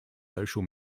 social